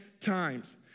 times